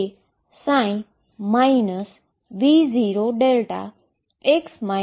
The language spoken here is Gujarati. આ છે x 0 જે આ બે સમસ્યાને સરળ બનાવે છે